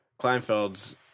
Kleinfeld's